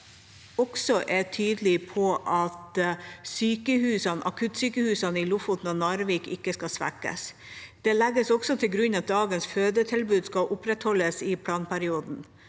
i dag, også er tydelig på at akuttsykehusene i Lofoten og Narvik ikke skal svekkes. Det legges også til grunn at dagens fødetilbud skal opprettholdes i planperioden.